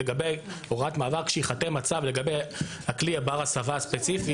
לגבי הוראת מעבר כשייחתם הצו לגבי הכלי שהוא בר הסבה הספציפי,